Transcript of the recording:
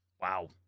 Wow